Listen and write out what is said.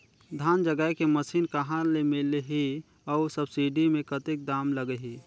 धान जगाय के मशीन कहा ले मिलही अउ सब्सिडी मे कतेक दाम लगही?